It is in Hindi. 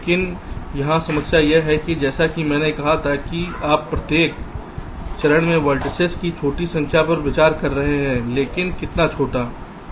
लेकिन यहाँ समस्या यह है कि जैसा कि मैंने कहा था कि आप प्रत्येक चरण में वेर्तिसेस की छोटी संख्या पर विचार कर रहे हैं लेकिन कितना छोटा है